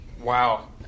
Wow